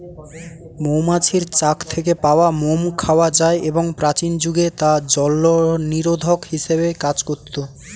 মৌমাছির চাক থেকে পাওয়া মোম খাওয়া যায় এবং প্রাচীন যুগে তা জলনিরোধক হিসেবে কাজ করত